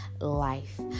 life